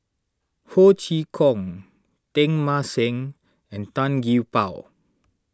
Ho Chee Kong Teng Mah Seng and Tan Gee Paw